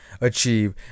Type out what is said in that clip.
achieve